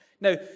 Now